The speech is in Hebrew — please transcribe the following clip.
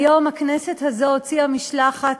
היום הכנסת הזאת הוציאה משלחת